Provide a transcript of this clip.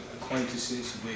acquaintances